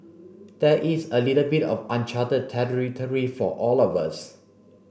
there is a little bit of uncharted territory for all of us